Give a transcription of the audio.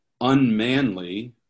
unmanly